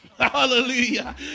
hallelujah